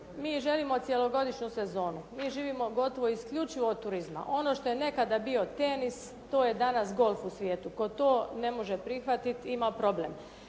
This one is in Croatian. mi želimo cjelogodišnju sezonu, mi živimo gotovo isključivo od turizma. Ono što je nekada bio tenis, to je danas golf u svijetu. Tko to ne može prihvatiti, ima problem.